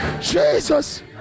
Jesus